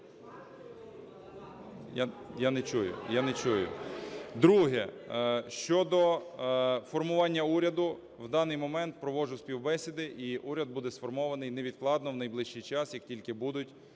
Друге. Щодо формування уряду. В даний момент проводжу співбесіди, і уряд буде сформований невідкладно в найближчий час, як тільки будуть